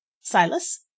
Silas